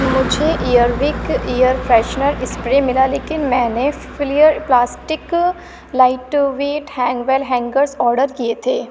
مجھے air wick air freshener spray ملا لیکن میں نے flair plastic light weight hangwell hangers order کیے تھے